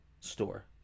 store